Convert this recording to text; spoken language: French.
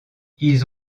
ils